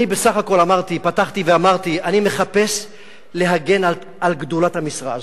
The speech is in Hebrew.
בסך הכול פתחתי ואמרתי שאני מחפש להגן על גדולת המשרה הזאת.